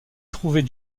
trouver